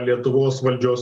lietuvos valdžios